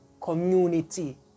community